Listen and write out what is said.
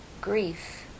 grief